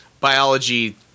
Biology